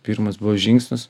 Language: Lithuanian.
pirmas buvo žingsnis